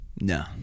No